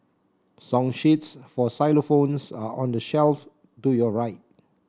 song sheets for xylophones are on the shelf to your right